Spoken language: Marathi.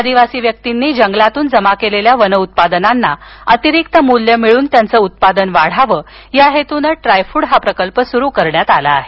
आदिवासी व्यक्तींनी जंगलातून जमा केलेल्या वन उत्पादनांना अतिरिक्त मूल्य मिळून त्यांचं उत्पन्न वाढावं या हेतूनं ट्रायफूड प्रकल्प सुरू करण्यात आला आहे